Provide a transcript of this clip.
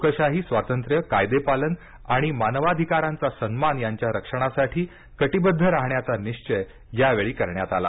लोकशाही स्वातंत्र्य कायदेपालन आणि मानवाधिकारांचा सन्मान यांच्या रक्षणासाठी कटिबद्ध राहण्याचा निश्चय यावेळी करण्यात आला